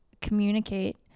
communicate